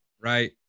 right